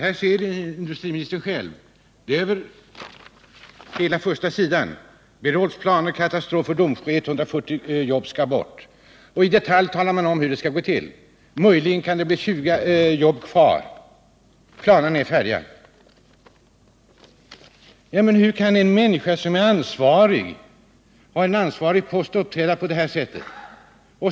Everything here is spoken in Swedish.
Här kan industriministern själv se rubrikerna över hela första sidan: ”Berols planer katastrof för Domsjö. 140 jobb skall bort.” I detalj talar sedan tidningen om hur det skall gå till. Möjligen kan det bli 20 jobb kvar. Planerna är färdiga. Men hur kan då en människa som har en ansvarig post uppträda på detta sätt?